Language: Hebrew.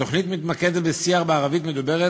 התוכנית מתמקדת בשיח בערבית מדוברת